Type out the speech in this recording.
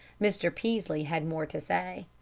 mr. peaslee had more to say.